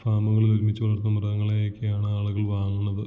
ഫാമുകളിൽ ഒരുമിച്ചു വളർത്തുന്ന മൃഗങ്ങളെയൊക്കെയാണ് ആളുകൾ വാങ്ങുന്നത്